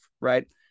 Right